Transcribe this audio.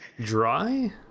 dry